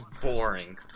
boring